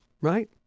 Right